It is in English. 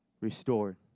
restored